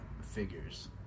figures